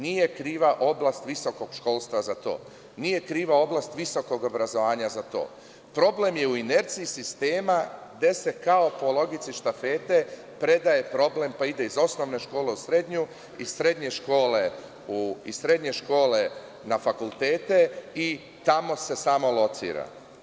Nije kriva oblast visokog školstva za to, nije kriva oblast visokog obrazovanja za to, problem je u inerciji sistema gde se kao po logici štafete predaje problem pa ide iz osnovne škole u srednju, iz srednje škole na fakultete i tamo se samo locira.